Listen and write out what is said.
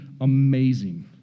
amazing